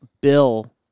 Bill